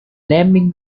naming